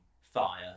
Fire